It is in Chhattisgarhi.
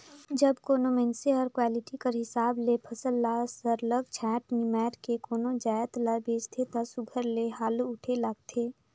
जब कोनो मइनसे हर क्वालिटी कर हिसाब ले फसल ल सरलग छांएट निमाएर के कोनो जाएत ल बेंचथे ता सुग्घर ले हालु उठे लगथे